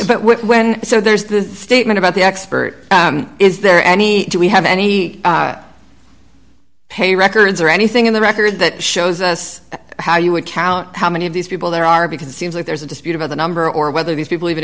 so when so there's the statement about the expert is there any do we have any pay records or anything in the record that shows us how you would count how many of these people there are because it seems like there's a dispute about the number or whether these people even